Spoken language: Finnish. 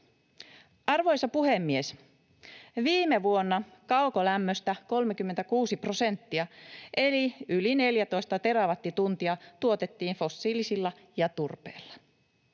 Arvoisa puhemies! Viime vuonna kaukolämmöstä 36 prosenttia eli yli 14 terawattituntia tuotettiin fossiilisilla ja turpeella.